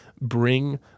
bring